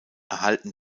erhalten